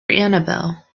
annabelle